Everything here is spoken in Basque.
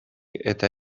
eta